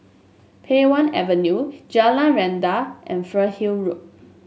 Pei Wah Avenue Jalan Rendang and Fernhill Road